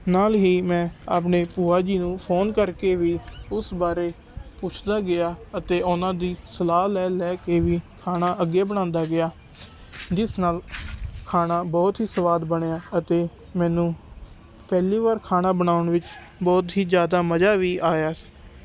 ਨਾਲ ਹੀ ਮੈਂ ਆਪਣੇ ਭੂਆ ਜੀ ਨੂੰ ਫੋਨ ਕਰਕੇ ਵੀ ਉਸ ਬਾਰੇ ਪੁੱਛਦਾ ਗਿਆ ਅਤੇ ਉਹਨਾਂ ਦੀ ਸਲਾਹ ਲੈ ਲੈ ਕੇ ਵੀ ਖਾਣਾ ਅੱਗੇ ਬਣਾਉਂਦਾ ਗਿਆ ਜਿਸ ਨਾਲ ਖਾਣਾ ਬਹੁਤ ਹੀ ਸਵਾਦ ਬਣਿਆ ਅਤੇ ਮੈਨੂੰ ਪਹਿਲੀ ਵਾਰ ਖਾਣਾ ਬਣਾਉਣ ਵਿੱਚ ਬਹੁਤ ਹੀ ਜ਼ਿਆਦਾ ਮਜ਼ਾ ਵੀ ਆਇਆ